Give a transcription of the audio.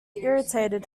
irritated